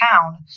town